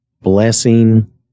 blessing